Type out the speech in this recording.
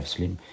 Slim